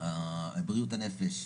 מצד אחד האיתנות,